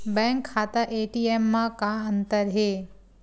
Bank खाता ATM मा का अंतर हे?